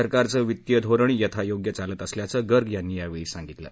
सरकारचं वित्तीय धोरण यथोयोग्य चालत असल्याचं गर्ग यांनी यावेळी सांगितलं